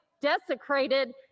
desecrated